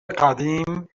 قدیم